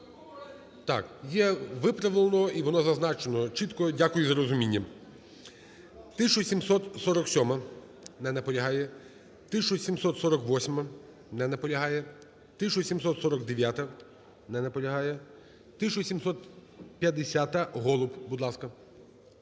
Так, є виправлено і воно зазначено чітко. Дякую за розумію. 1747-а. Не наполягає. 1748-а. Не наполягає. 1749-а. Не наполягає. 1750-а. Голуб, будь ласка.